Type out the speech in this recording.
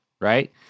right